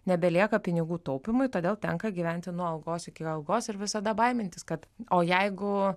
nebelieka pinigų taupymui todėl tenka gyventi nuo algos iki algos ir visada baimintis kad o jeigu